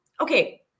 Okay